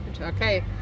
Okay